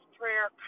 prayer